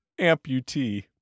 Amputee